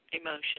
emotion